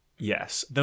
Yes